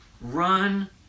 run